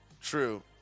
True